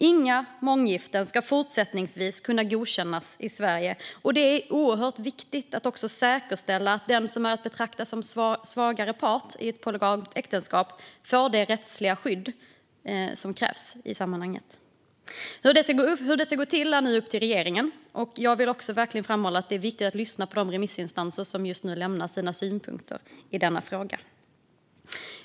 Inga månggiften ska fortsättningsvis kunna godkännas i Sverige. Det är också oerhört viktigt att säkerställa att den som är att betrakta som svagare part i ett polygamt äktenskap får det rättsliga skydd som krävs i sammanhanget. Hur det ska gå till är nu upp till regeringen att utforma. Jag vill framhålla att det är viktigt att lyssna på remissinstanserna som nu ska lämna sina synpunkter i frågan.